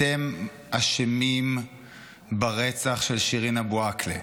אתם אשמים ברצח של שירין אבו עאקלה.